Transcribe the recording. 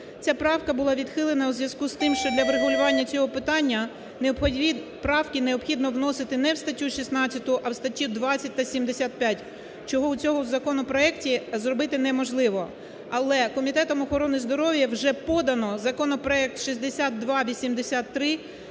Ця правка була відхилена у зв'язку з тим, що для врегулювання цього питання правки необхідно вносити не в статтю 16, а в статтю 20 та 75, чого в цьому законопроекті зробити неможливо. Але Комітетом охорони здоров'я вже подано законопроект 6283,